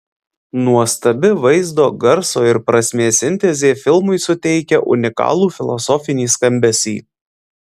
nuostabi vaizdo garso ir prasmės sintezė filmui suteikia unikalų filosofinį skambesį